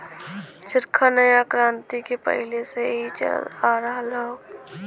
चरखा नया क्रांति के पहिले से ही चलल आ रहल हौ